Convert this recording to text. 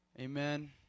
Amen